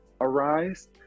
arise